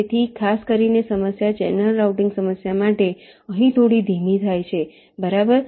તેથી ખાસ કરીને સમસ્યા ચેનલ રાઉટિંગ સમસ્યા માટે અહીં થોડી ધીમી થાય છે બરાબર